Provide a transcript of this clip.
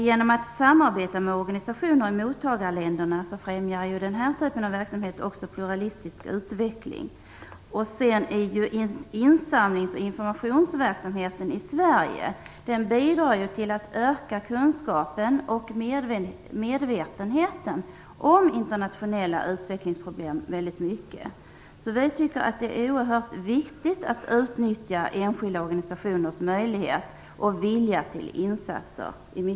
Genom att samarbeta med organisationer i mottagarländerna främjar den här typen av verksamhet också pluralistisk utveckling. Insamlings och informationsverksamheten i Sverige bidrar mycket till att öka kunskapen och medvetenheten om internationella utvecklingsproblem. Vi tycker att det är oerhört viktigt att i stor utsträckning utnyttja enskilda organisationers möjlighet och vilja till insatser.